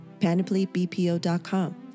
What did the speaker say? PanoplyBPO.com